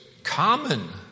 Common